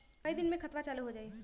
कई दिन मे खतबा चालु हो जाई?